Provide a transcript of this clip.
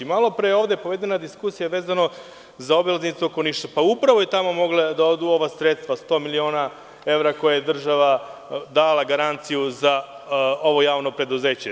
Ovde je povedena diskusija, vezano za obilaznicu oko Niša, pa upravo su tamo mogli da odu ova sredstva od 100 miliona evra koje je država dala kao garanciju za ovo javno preduzeće.